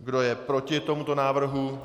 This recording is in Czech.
Kdo je proti tomuto návrhu?